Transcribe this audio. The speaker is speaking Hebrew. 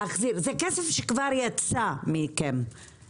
זה כסף שכבר יצא מכם,